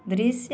दृश्य